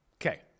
Okay